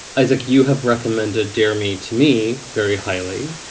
isaac, you have recommended dare me to me very highly.